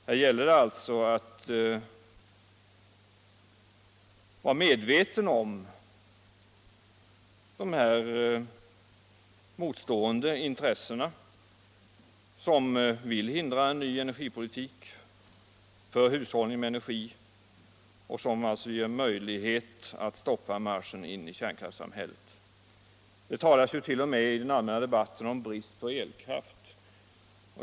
Det gäller att vara medveten om de motstående intressen som vill hindra en ny energipolitik för hushållning med energi, alltså en politik som ger möjlighet att stoppa marschen in i kärnkraftssamhället. Det talas i den allmänna debatten t.o.m. om brist på elkraft.